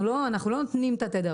אנחנו לא נותנים את התדר,